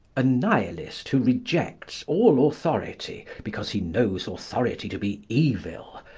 a nihilist who rejects all authority, because he knows authority to be evil,